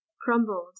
crumbled